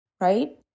Right